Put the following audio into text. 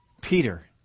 Peter